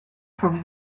from